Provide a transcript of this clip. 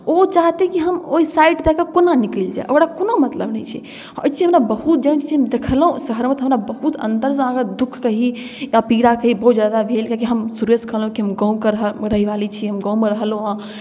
ओ चाहतै कि हम ओहि साइड दऽ कऽ कोना निकलि जाय ओकरा कोनो मतलब नहि छै ई चीज हमरा बहुत जखन ई चीज हम देखलहुँ शहरमे तऽ हमरा बहुत अन्तरसँ अहाँकेँ दुःख कही या पीड़ा कही बहुत ज्यादा भेल किएकि हम शुरुएसँ कहलहुँ कि हम गामके रहय रहयवाली छी हम गाममे रहलहुँ हेँ